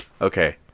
Okay